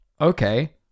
okay